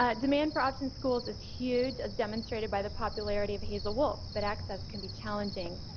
ah demand for option schools is huge as demonstrated by the popularity of hazel wolf. but access can be challenging.